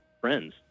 friends